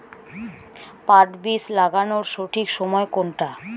পাট বীজ লাগানোর সঠিক সময় কোনটা?